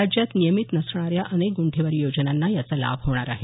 राज्यात नियमित नसणाऱ्या अनेक गुंठेवारी योजनांना याचा लाभ होणार आहे